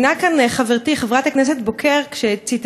חברתי חברת הכנסת בוקר גם ציינה כאן